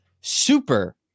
Super